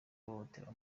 guhohotera